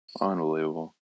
Unbelievable